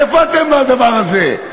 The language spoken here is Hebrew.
איפה אתם בדבר הזה?